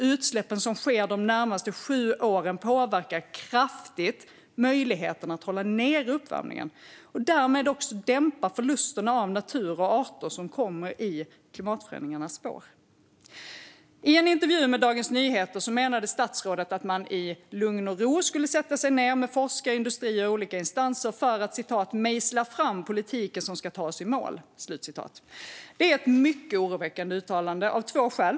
Utsläppen som sker de närmaste sju åren påverkar kraftigt möjligheten att hålla nere uppvärmningen och därmed också dämpa de förluster av natur och arter som kommer i klimatförändringarnas spår. I en intervju med Dagens Nyheter menade statsrådet att man i lugn och ro skulle sätta sig ned med forskare, industri och olika instanser för att "mejsla fram politiken som ska ta oss i mål". Det är ett mycket oroväckande uttalande, av två skäl.